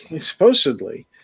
Supposedly